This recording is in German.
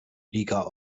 liga